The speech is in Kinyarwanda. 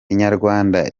inyarwanda